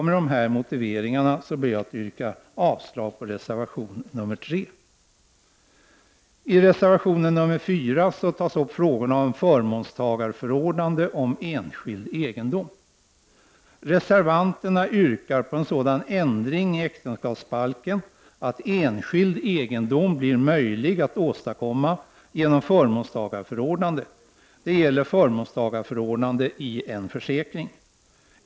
Med den här motiveringen ber jag att få yrka avslag på reservation 3. I reservation 4 tas upp frågorna om förmånstagarförordnande om enskild egendom. Reservanterna yrkar på en sådan ändring i äktenskapsbalken att det blir möjligt att åstadkomma enskild egendom genom förmånstagarförordnande i en försäkring.